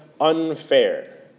unfair